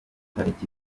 tariki